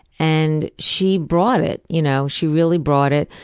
and she brought it. you know she really brought it.